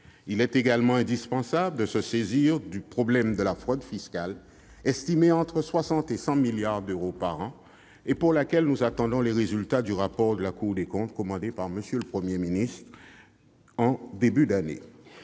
Il est également indispensable de se saisir du problème de la fraude fiscale, dont le coût est estimé entre 60 et 100 milliards d'euros par an, et sur laquelle nous attendons les résultats du rapport de la Cour des comptes commandé par le Premier ministre en début d'année.